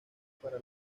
para